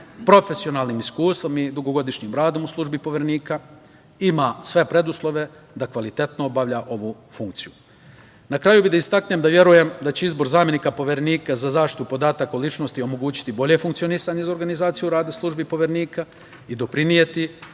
profesionalnim iskustvom i dugogodišnjim radom u službi poverenika ima sve preduslove da kvalitetno obavlja ovu funkciju. Na kraju bih želeo da istaknem da verujem da će izbor zamenika Poverenika za zaštitu podataka o ličnosti omogućiti bolje funkcionisanje organizaciju rada službi Poverenika i doprineti